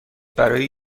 برای